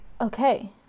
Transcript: Okay